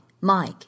Mike